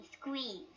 Squeeze